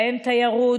ובהם תיירות,